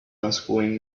unscrewing